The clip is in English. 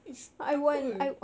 it's apa